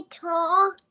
talk